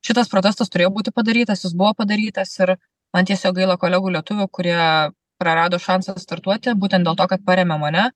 šitas protestas turėjo būti padarytas jis buvo padarytas ir man tiesiog gaila kolegų lietuvių kurie prarado šansą startuoti būtent dėl to kad paremėm ane